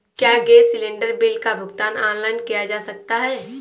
क्या gas cylinder bill का भुगतान ऑनलाइन किया जा सकता है?